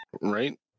Right